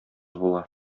була